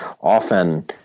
often